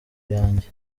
yanjye